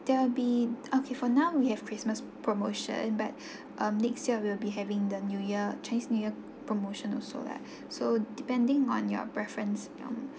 there'll be okay for now we have christmas promotion but um next year we'll be having the new year chinese new year promotion also lah so depending on your preference um